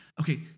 okay